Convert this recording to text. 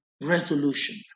resolution